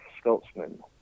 Scotsman